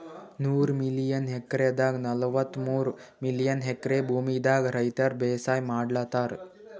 ನೂರ್ million ಎಕ್ರೆದಾಗ್ ನಲ್ವತ್ತಮೂರ್ million acre ಭೂಮಿದಾಗ್ ರೈತರ್ ಬೇಸಾಯ್ ಮಾಡ್ಲತಾರ್